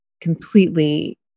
completely